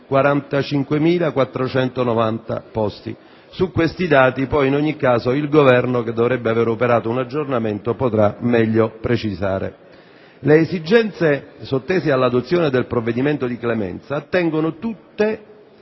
45.490 posti. Su questi dati poi, in ogni caso, il Governo, che dovrebbe aver operato un aggiornamento, potrà fornire ulteriori precisazioni. Le esigenze sottese all'adozione del provvedimento di clemenza attengono tutte